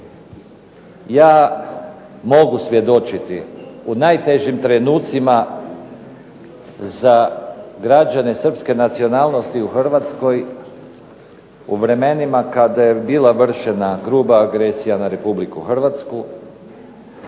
Ja mogu svjedočiti u najtežim trenucima za građane srpske nacionalnosti u Hrvatskoj u vremenima kada je bila vršena gruba agresija na RH,